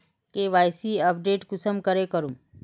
KYC update कुंसम करे करूम?